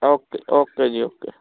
okay okay ਜੀ okay